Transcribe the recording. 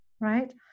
Right